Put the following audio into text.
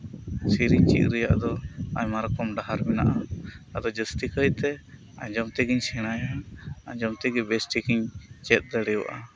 ᱥᱮᱨᱮᱧ ᱪᱤᱫ ᱨᱮᱭᱟᱜ ᱫᱚ ᱟᱭᱢᱟ ᱨᱚᱠᱚᱢ ᱰᱟᱦᱟᱨ ᱢᱮᱱᱟᱜ ᱟ ᱟᱫᱚ ᱡᱟᱹᱥᱛᱤ ᱠᱟᱭ ᱛᱮ ᱟᱸᱡᱚᱢᱛᱮᱜᱤᱧ ᱥᱮᱬᱟᱭᱟ ᱟᱸᱡᱚᱢᱛᱮᱜ ᱵᱮᱥᱴᱷᱤᱠᱤᱧ ᱪᱮᱫ ᱫᱟᱲᱮᱭᱟᱜᱼᱟ